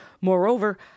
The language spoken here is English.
Moreover